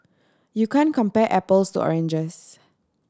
you can compare apples to oranges